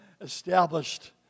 established